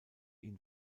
ihn